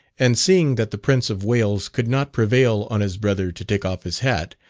and seeing that the prince of wales could not prevail on his brother to take off his hat,